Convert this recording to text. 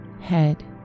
head